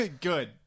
Good